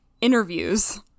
interviews